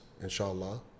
inshallah